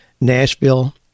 Nashville